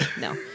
No